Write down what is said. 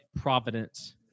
providence